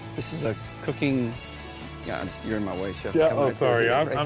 this is a cooking god. you're in my way chef. yeah. oh, sorry ah